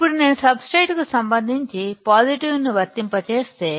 ఇప్పుడు నేను substrate కు సంబంధించి పాజిటివ్ను వర్తింపజేస్తే